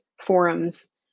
forums